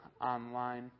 online